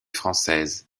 française